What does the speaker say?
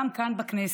גם כאן בכנסת.